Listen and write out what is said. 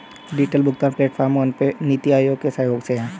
digital भुगतान platform PhonePe, नीति आयोग के सहयोग से है